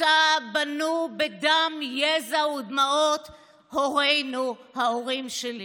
שאותה בנו בדם, ביזע ובדמעות הורינו, ההורים שלי.